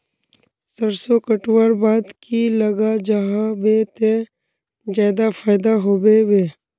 सरसों कटवार बाद की लगा जाहा बे ते ज्यादा फायदा होबे बे?